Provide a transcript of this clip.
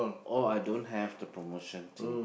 oh I don't have the promotion thing